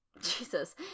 Jesus